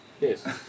Yes